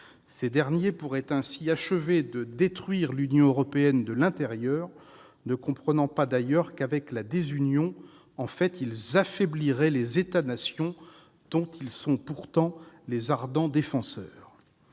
Ces derniers pourraient ainsi achever de détruire l'Union européenne de l'intérieur, ne comprenant d'ailleurs pas qu'avec la désunion, ils affaibliraient les États-nations dont ils sont pourtant les ardents défenseurs.